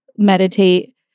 meditate